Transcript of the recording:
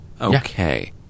Okay